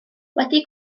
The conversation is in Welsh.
wedi